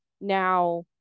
Now